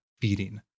feeding